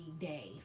day